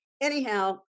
Anyhow